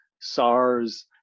SARS